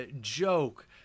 joke